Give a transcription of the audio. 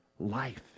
life